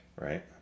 right